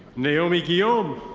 naomi guillaume.